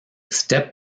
step